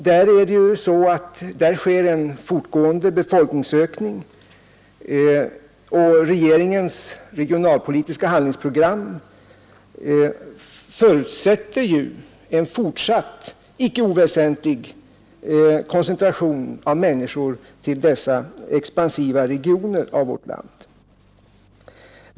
Där sker en fortgående befolkningsökning, och regeringens regionalpolitiska handlingsprogram förutsätter en fortsatt icke oväsentlig koncentration av människor till dessa expansiva regioner av vårt land.